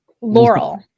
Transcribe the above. Laurel